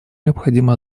необходимо